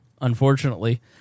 unfortunately